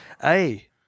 Hey